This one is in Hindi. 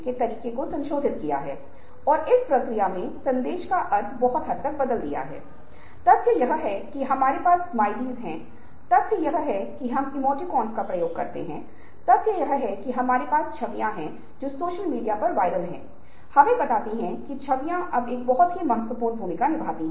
और गहन सोच की प्रक्रिया मे ये शामिल हैं हम सबसे पहले सूचित करते हैं कि हम जानकारी एकत्र करते हैं और विशेष मुद्दे का वर्णन करते हैं